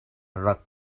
rak